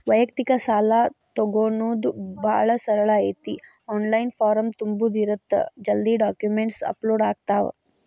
ವ್ಯಯಕ್ತಿಕ ಸಾಲಾ ತೊಗೋಣೊದ ಭಾಳ ಸರಳ ಐತಿ ಆನ್ಲೈನ್ ಫಾರಂ ತುಂಬುದ ಇರತ್ತ ಜಲ್ದಿ ಡಾಕ್ಯುಮೆಂಟ್ಸ್ ಅಪ್ಲೋಡ್ ಆಗ್ತಾವ